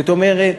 זאת אומרת,